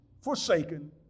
forsaken